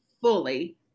fully